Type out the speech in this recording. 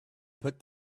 put